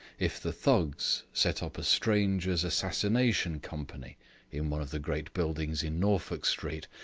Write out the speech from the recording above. if the thugs set up a strangers' assassination company in one of the great buildings in norfolk street,